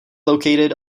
located